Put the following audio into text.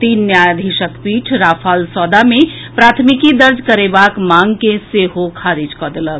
तीन न्यायाधीशक पीठ राफाल सौदा मे प्राथमिकी दर्ज करेबाक मांग के सेहो खारिज कऽ देलक